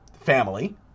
family